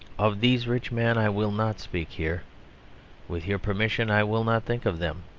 of these rich men i will not speak here with your permission, i will not think of them.